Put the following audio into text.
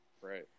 Right